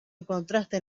encontraste